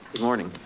morning.